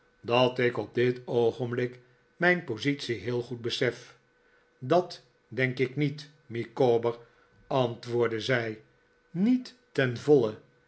dat ik op dit oogenblik mijn positie heel goed besef dat denk ik niet micawber antwoordde zij niet ten voile